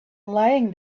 lying